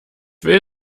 will